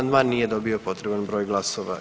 Nije dobio potreban broj glasova.